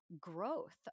growth